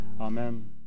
Amen